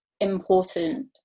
important